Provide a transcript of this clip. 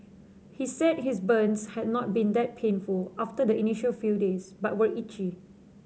he said his burns had not been that painful after the initial few days but were itchy